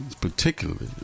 particularly